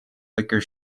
liquor